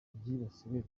byibasiwe